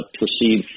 proceed